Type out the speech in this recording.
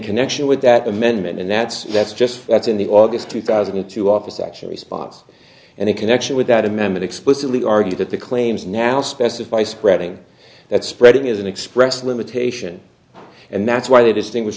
connection with that amendment and that's that's just that's in the august two thousand and two office action response and in connection with that amendment explicitly argued that the claims now specify spreading that spreading is an express limitation and that's why they distinguish